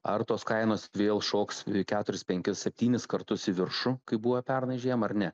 ar tos kainos vėl šoks keturis penkis septynis kartus į viršų kaip buvo pernai žiemą ar ne